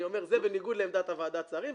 אני אומר שזה בניגוד לעמדת ועדת השרים,